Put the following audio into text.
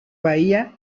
bahía